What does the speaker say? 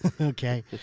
Okay